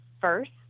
first